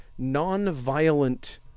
nonviolent